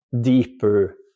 deeper